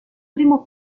primo